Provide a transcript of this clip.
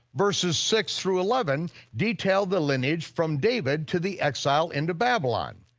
verses six through eleven detail the lineage from david to the exile into babylon.